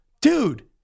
Dude